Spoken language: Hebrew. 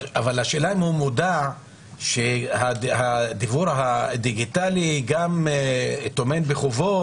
אבל השאלה אם הוא מודע לכך שהדיוור הדיגיטלי טומן בחובו